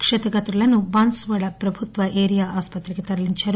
క్షతగాత్రులను బాన్సువాడ ప్రభుత్వ ఏరియా ఆసుపత్రికి తరలించారు